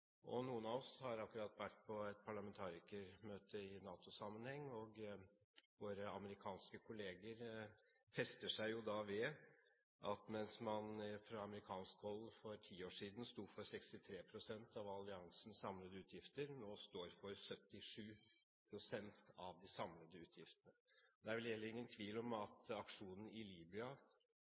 Noen av oss har akkurat vært på et parlamentarikermøte i NATO-sammenheng, og våre amerikanske kolleger festet seg da ved at mens man fra amerikansk hold for ti år siden sto for 63 pst. av alliansens samlede utgifter, står man nå for 77 pst. Det er vel heller ingen tvil om at aksjonen i Libya